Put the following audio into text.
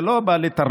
זה לא בא לטרלל.